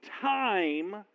time